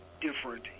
different